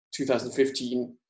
2015